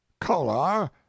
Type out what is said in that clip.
Kolar